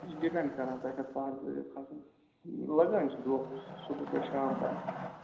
یہِ چھُ ڈِپیٚنڈ کران تۄہہِ کتھ پہاڑَس آسوٕ کھَسُن لَگان چھُ دۄہ صُبہہٕ پٮ۪ٹھ شام تام